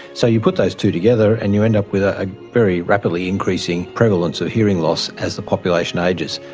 so you put those two together and you end up with a very rapidly increasing prevalence of hearing loss as the population ages.